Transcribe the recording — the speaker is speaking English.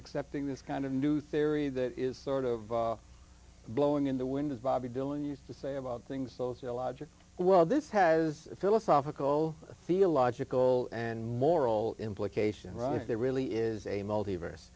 accepting this kind of new theory that is sort of blowing in the wind as bobby dylan used to say about things those illogic well this has philosophical theological and moral implication right there really is a multi verse